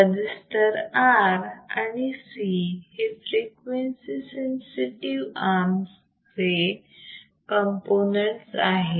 register R आणि C हे frequency sensitive आर्मस चे कंपोनेंट्स आहेत